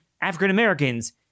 African-Americans